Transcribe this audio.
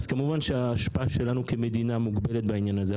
עצם היכולת שלנו להשפיע עליה כמדינה מוגבלת בעניין הזה.